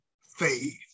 faith